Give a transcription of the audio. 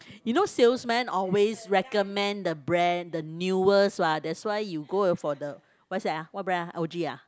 you know salesman always recommend the brand the newest what that's why you go for the what's that ah what brand ah O_G ah